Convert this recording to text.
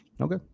Okay